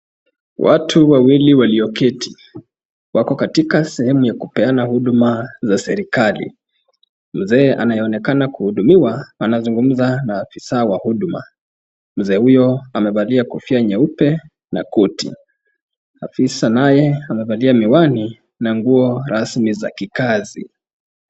Watu wawili walioketi wako katika sehemu ya kupeana huduma za serikali. Mzee anayeonekana kuhudumiwa anazungumza na afisa wa huduma. Mzee huyo amevalia kofia nyeupe na koti. Afisa naye amevalia miwani na nguo rasmi za kikazi.